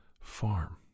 farm